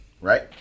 Right